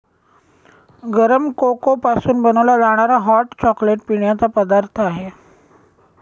गरम कोको पासून बनवला जाणारा हॉट चॉकलेट पिण्याचा पदार्थ आहे